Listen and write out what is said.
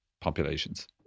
populations